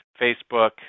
Facebook